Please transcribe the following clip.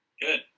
good